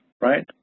right